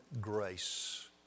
grace